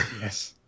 Yes